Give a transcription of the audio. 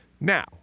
Now